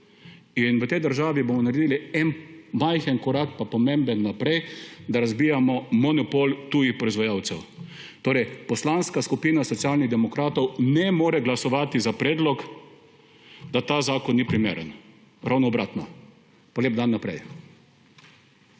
in v tej državi bomo naredili en majhen, a pomemben korak naprej, da razbijemo monopol tujih proizvajalcev. Poslanska skupina Socialnih demokratov ne more glasovati za predlog, da ta zakon ni primeren. Ravno obratno. Pa lep dan naprej!